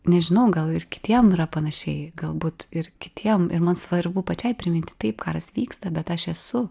nežinau gal ir kitiem yra panašiai galbūt ir kitiem ir man svarbu pačiai priminti taip karas vyksta bet aš esu